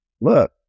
look